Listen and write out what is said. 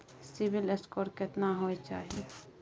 CIBIL score केतना होय चाही?